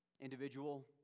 individual